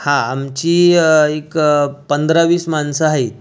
हा आमची एक पंधरा वीस माणसं आहेत